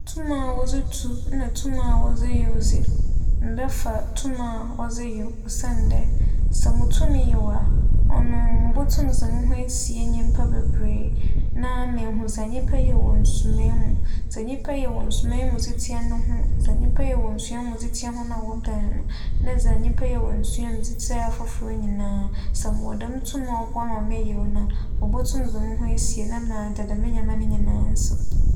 Tum a wͻdze tu na tum a wͻdze yew dze, mebɛfa tum a wͻdze yew osiandɛ sɛ mutum yew a, ͻno mobotum dze moho esie nyimpa beberee na meehu dza nyimpa yɛ no wͻ nsumae mu, dza nyimpa yɛ no wͻ nsumae mu dze tsia no ho, dza nyimpa yɛ no wͻ nsumae dze tsia hͻn a wͻbɛn no nna dza nyimpa yɛ no nsumae mu dze tsia afofor nyinara. Sɛ mowͻ dɛm tum a ͻboa ma me yew a, mobotum dze moho esie na m'ada dɛm ndzɛmba yi nyinara nsew.